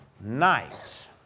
night